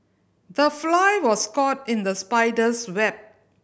the fly was caught in the spider's web